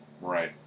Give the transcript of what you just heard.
right